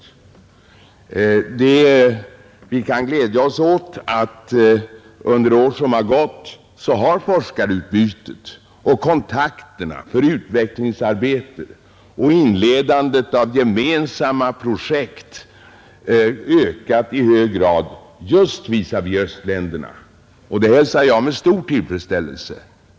Under år som gått har vi kunnat glädja oss åt att forskarutbytet, kontakterna för utvecklingsarbetet och inledandet av gemensamma projekt har ökat i hög grad visavi östländerna. Det hälsar jag med stor tillfredsställelse.